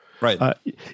Right